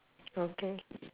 okay